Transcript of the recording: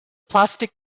plastic